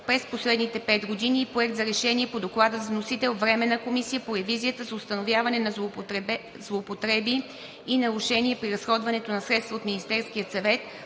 през последните пет години, и Проект за решение по Доклада, с вносител Временната комисия по ревизията за установяване на злоупотреби и нарушения при разходването на средства от Министерския съвет,